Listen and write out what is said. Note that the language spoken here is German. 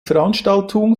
veranstaltung